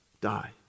die